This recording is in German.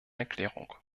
erklärung